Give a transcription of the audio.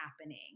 happening